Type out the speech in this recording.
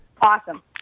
Awesome